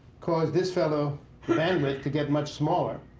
caused this fellow bandwidth to get much smaller.